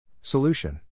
Solution